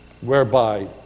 whereby